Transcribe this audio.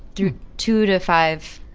do two to five.